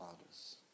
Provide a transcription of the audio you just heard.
others